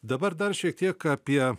dabar dar šiek tiek apie